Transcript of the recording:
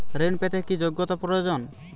ঋণ পেতে কি যোগ্যতা প্রয়োজন?